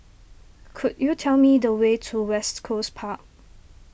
could you tell me the way to West Coast Park